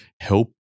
help